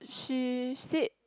she said